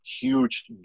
huge